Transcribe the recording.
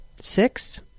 Six